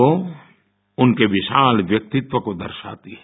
वो उनके विशाल व्यक्तित्व को दर्शाता है